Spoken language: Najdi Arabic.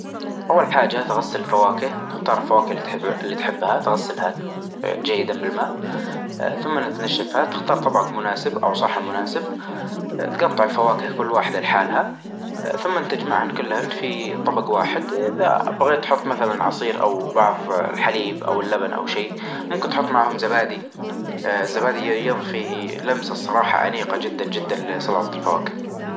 أول شي تصنفها، تصنيفها حسب الكتب مثلا الدينية أالكتب التعليمية الكتب السياسية كتب الفقه كتب ال كذا تصنف الكتب تچمعهم كل مچموعة مع التصنيف حجها، يعنى الكتب الدينية في رف، كتب ال-التعليمية في رف كتب الروايات في رف، ثم لتبدأ تنظمهم حسب كثرة قراءتك، إذا أنت تقرأ كتب دينية واچد خليها چنب يدك، إذا كانت مثلا ما تقرأ كتب دينية خليها في المكان البعيد كذا.